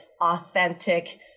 authentic